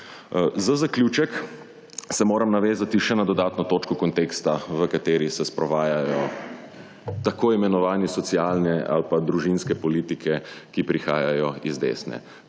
Za zaključek se moram navezati še na dodatno točko konteksta, v kateri se sprovajajo t.i. socialne ali pa družinske politike, ki prihajajo iz desne.